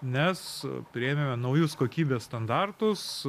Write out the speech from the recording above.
nes priėmėme naujus kokybės standartus